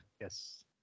Yes